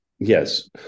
Yes